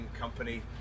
company